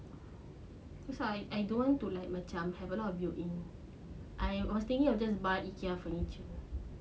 cause I I don't want to like macam have a lot of build in I was thinking of just by IKEA furniture